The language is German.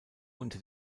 unter